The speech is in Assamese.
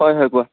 হয় হয় কোৱা